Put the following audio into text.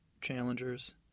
challengers